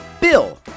Bill